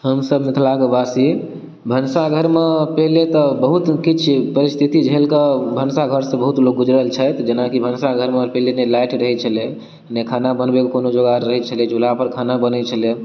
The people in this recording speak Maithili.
हमसब मिथिला कऽ बासी भनसाघरमे पहिले तऽ बहुत किछु परिस्थिति झेल कऽ भनसाघरसँ बहुत लोग गुजरल छथि जेनाकि भनसाघरमे पहिले नहि लाइट रहैत छलै नहि खाना बनबै कऽ कोनो जोगार रहैत छलै चूल्हा पर खाना बनैत छलै